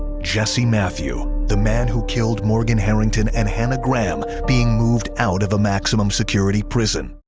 jesse matthew, the man who killed morgan harrington and hannah graham being moved out of a maximum security prison.